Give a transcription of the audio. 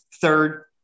Third